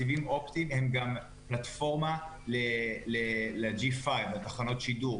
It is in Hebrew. סיבים אופטיים הם גם פלטפורמה ל-5G,לתחנות השידור,